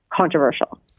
controversial